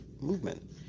movement